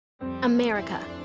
America